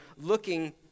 looking